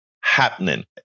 happening